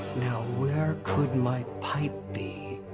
now where could my pipe be?